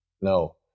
No